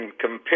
compare